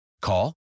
Call